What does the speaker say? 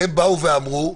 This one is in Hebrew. הם באו ואמרו: